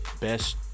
best